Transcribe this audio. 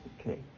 okay